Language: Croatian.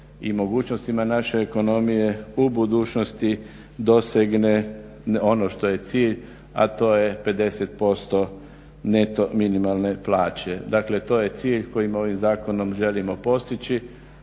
i mogućnostima naše ekonomije u budućnosti dosegne ono što je cilj, a to je 50% neto minimalne plaće. Dakle, to je cilj koji ovim zakonom želimo postići,